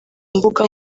mbuga